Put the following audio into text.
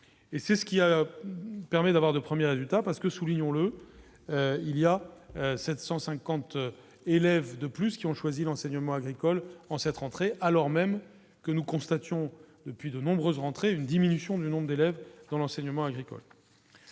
c'est ce qui a permis d'avoir de premiers résultats parce que, soulignons-le, il y a 750 élèves de plus qui ont choisi l'enseignement agricole en cette rentrée, alors même que nous constatations depuis de nombreuses rentrer une diminution du nombre d'élèves dans l'enseignement agricole,